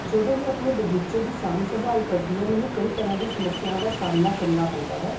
ਜਦੋਂ ਮੈਂ ਆਪਣੇ ਬਗੀਚੇ ਦੀ ਸਾਂਭ ਸੰਭਾਲ ਕਰਦੀ ਹਾਂ ਮੈਨੂੰ ਕਈ ਤਰ੍ਹਾਂ ਦੀ ਸਮੱਸਿਆ ਦਾ ਸਾਹਮਣਾ ਕਰਨਾ ਪੈਂਦਾ ਹੈ